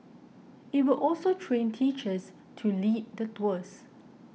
it will also train teachers to lead the tours